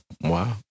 Wow